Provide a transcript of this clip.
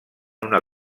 una